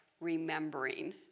remembering